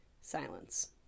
Silence